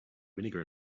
vinegar